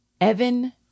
Evan